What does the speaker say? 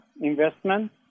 investment